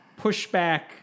pushback